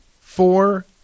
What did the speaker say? four